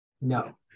no